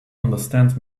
understand